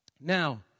Now